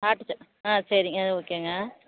டாக்டர்கிட்ட ஆ சரிங்க ஓகேங்க